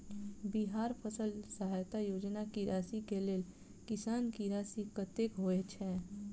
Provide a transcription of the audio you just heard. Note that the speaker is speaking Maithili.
बिहार फसल सहायता योजना की राशि केँ लेल किसान की राशि कतेक होए छै?